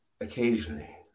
occasionally